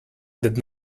that